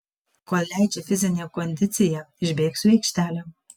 kol leidžia fizinė kondicija išbėgsiu į aikštelę